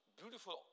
beautiful